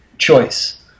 choice